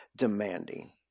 demanding